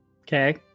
Okay